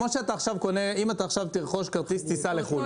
אם תרכוש כרטיס טיסה לחו"ל,